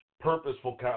purposeful